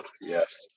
yes